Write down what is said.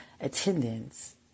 attendance